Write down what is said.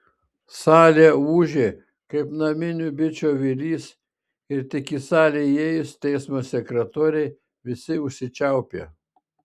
salė ūžė kaip naminių bičių avilys ir tik į salę įėjus teismo sekretorei visi užsičiaupė